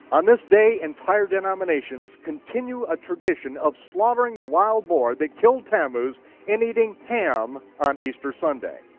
on this day, entire denominations continue a tradition of slaughtering the wild boar that killed tammuz and eating ham on easter sunday.